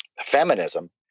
feminism